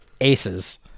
aces